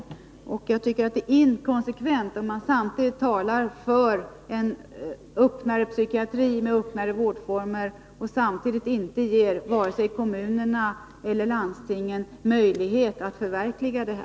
Jag tycker det är inkonsekvent om man talar för en psykiatri med öppnare vårdformer och samtidigt inte ger vare sig kommunerna eller landstingen möjlighet att förverkliga detta.